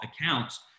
accounts